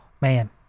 man